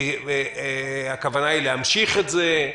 האם הכוונה להמשיך את זה?